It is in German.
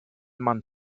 man